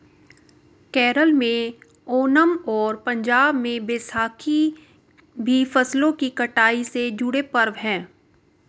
केरल में ओनम और पंजाब में बैसाखी भी फसलों की कटाई से जुड़े पर्व हैं